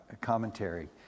commentary